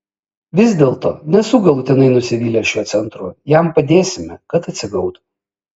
vis dėlto nesu galutinai nusivylęs šiuo centru jam padėsime kad atsigautų